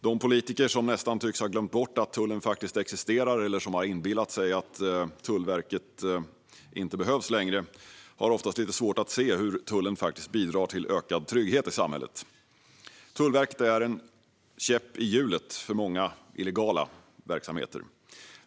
De politiker som nästan tycks ha glömt bort att tullen faktiskt existerar, eller som har inbillat sig att Tullverket inte behövs längre, har oftast lite svårt att se hur tullen faktiskt bidrar till ökad trygghet i samhället. Tullverket är en käpp i hjulet för många illegala verksamheter.